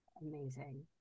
amazing